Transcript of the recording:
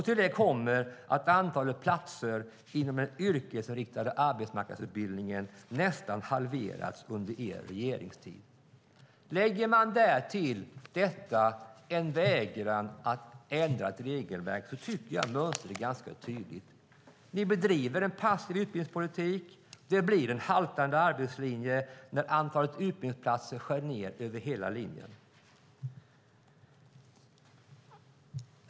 Till detta kommer att antalet platser inom den yrkesinriktade arbetsmarknadsutbildningen nästan halverats under den borgerliga regeringens tid. Lägger vi därtill en vägran att ändra regelverket tycker jag att mönstret är ganska tydligt, nämligen att regeringen bedriver en passiv utbildningspolitik. Det blir en haltande arbetslinje när antalet utbildningsplatser skärs ned över hela linjen.